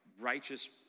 righteous